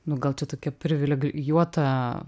nu gal čia tokia privilegijuota